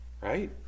right